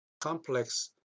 complex